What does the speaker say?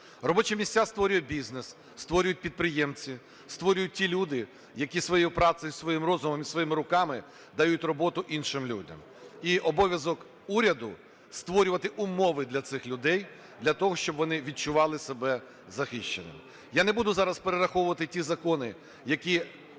Робочі місця створює бізнес, створюють підприємці, створюють ті люди, які своєю працею, своїм розумом і своїми руками дають роботу іншим людям. І обов'язок уряду - створювати умови для цих людей, для того щоб вони відчували себе захищеними. Я не буду зараз перераховувати ті закони, які